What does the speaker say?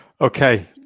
Okay